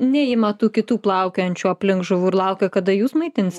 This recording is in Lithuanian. neima tų kitų plaukiojančių aplink žuvų ir laukia kada jus maitinsit